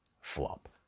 flop